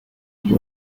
what